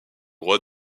roi